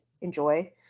enjoy